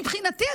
מבחינתי,